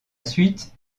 suite